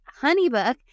HoneyBook